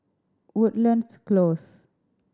Woodlands Close